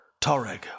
Toreg